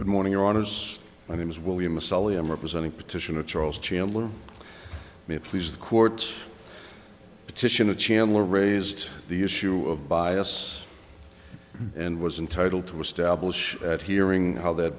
good morning your honors my name is william a sollie i'm representing petition to charles chandler may please the court petition to chandler raised the issue of bias and was entitle to establish that hearing how that